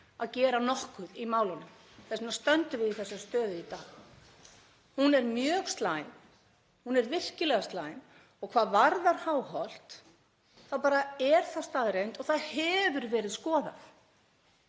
að gera nokkuð í málunum. Þess vegna stöndum við í þessari stöðu í dag. Hún er mjög slæm. Hún er virkilega slæm. Hvað varðar Háholt þá er það bara staðreynd og það hefur verið skoðað